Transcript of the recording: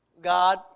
God